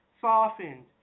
softened